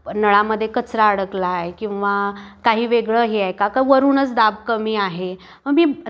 नळामध्ये कचरा अडकलाय किंवा काही वेगळं आहे का का वरूनच दाब कमी आहे मग मी